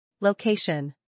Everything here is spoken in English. Location